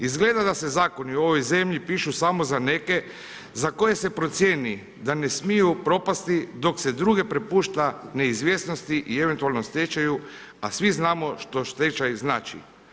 Izgleda da se zakoni u ovoj zemlji pišu samo za neke za koje se procijeni da ne smiju propasti dok se druge prepušta neizvjesnosti i eventualnom stečaju a svi znamo što stečaj znači.